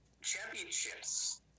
championships